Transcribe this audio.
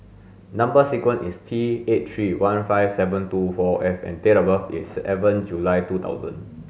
number sequence is T eight three one five seven two four F and date of birth is July two thousand